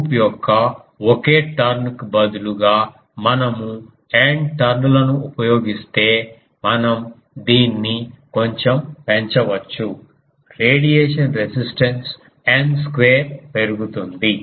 loop యొక్క ఒకే turn కు బదులుగా మనము N టర్న్ లను ఉపయోగిస్తే మనం దీన్ని కొంచెం పెంచవచ్చు రేడియేషన్ రెసిస్టెన్స్ N స్క్వేర్ పెరుగుతుంది